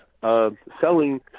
Selling